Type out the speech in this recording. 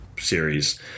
series